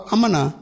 Amana